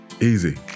Easy